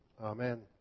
Amen